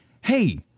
hey